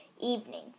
evening